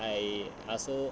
I also